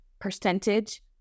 percentage